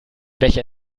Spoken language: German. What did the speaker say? becher